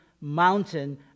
mountain